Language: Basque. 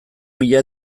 mila